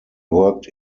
worked